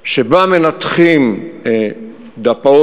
שבה מנתחים דפ"אות,